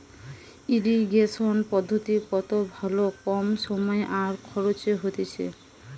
irrigation পদ্ধতি কত ভালো কম সময় আর খরচে হতিছে